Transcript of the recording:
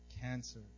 Cancer